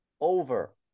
over